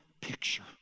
picture